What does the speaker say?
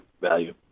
value